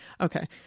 okay